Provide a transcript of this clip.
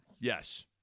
Yes